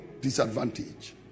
disadvantage